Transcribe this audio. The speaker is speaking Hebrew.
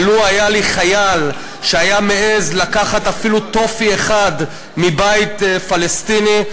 ולו היה לי חייל שהיה מעז לקחת אפילו טופי אחד מבית פלסטיני,